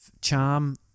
charm